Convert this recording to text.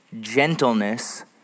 gentleness